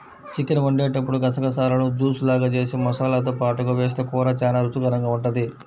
chicken వండేటప్పుడు గసగసాలను juice లాగా జేసి మసాలాతో పాటుగా వేస్తె కూర చానా రుచికరంగా ఉంటది